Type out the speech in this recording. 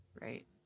Right